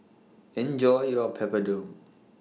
Enjoy your Papadum